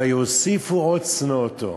ויוספו עוד שנֹא אֹתו".